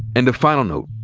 and a final note.